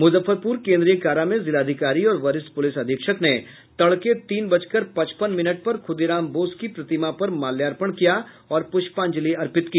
मुजफ्फरपुर केन्द्रीय कारा में जिलाधिकारी और वरिष्ठ पुलिस अधीक्षक ने तड़के तीन बजकर पचपन मिनट पर खुदीराम बोस की प्रतिमा पर माल्यार्पण किया और पुष्पांजलि अर्पित की